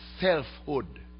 selfhood